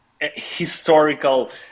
historical